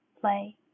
play